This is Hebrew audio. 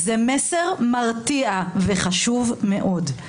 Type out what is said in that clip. זה מסר מרתיע וחשוב מאוד.